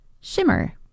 Shimmer